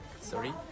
Sorry